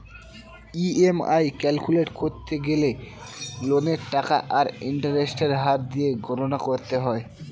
EMI calculate করতে গেলে লোনের টাকা আর ইন্টারেস্টের হার দিয়ে গণনা করতে হয়